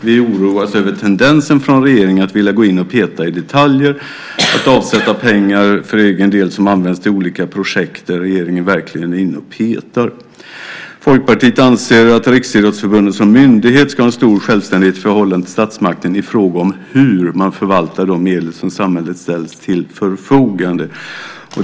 Vi oroas över tendensen från regeringen att vilja gå in och peta i detaljer, att avsätta pengar för egen del som används till olika projekt, där regeringen verkligen är inne och petar." Sedan står det så här: "Folkpartiet anser vidare att Riksidrottsförbundet som myndighet ska ha en stor självständighet i förhållande till statsmakten i fråga om hur man förvaltar de medel som samhället ställer till förfogande."